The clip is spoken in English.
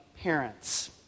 parents